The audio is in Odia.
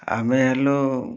ଆମେ ହେଲୁ